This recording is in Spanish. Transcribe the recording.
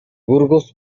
burgos